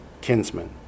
kinsman